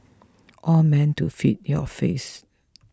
all meant to feed your face